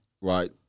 right